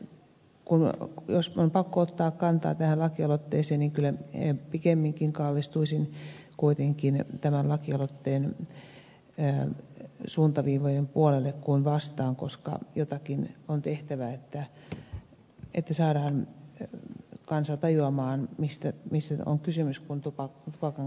jos on pakko ottaa kantaa tähän lakialoitteeseen niin kyllä pikemminkin kallistuisin kuitenkin tämän lakialoitteen suuntaviivojen puolelle kuin niitä vastaan koska jotakin on tehtävä että saadaan kansa tajuamaan mistä on kysymys kun tupakan kanssa kanssakäydään